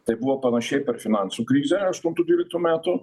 tai buvo panašiai per finansų krizę aštuntų dvyliktų metų